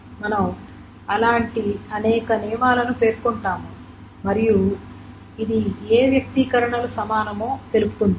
మనము అలాంటి అనేక నియమాలను పేర్కొంటాము మరియు ఇది ఏ వ్యక్తీకరణలు సమానమో తెలుపుతుంది